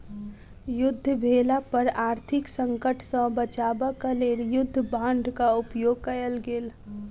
युद्ध भेला पर आर्थिक संकट सॅ बचाब क लेल युद्ध बांडक उपयोग कयल गेल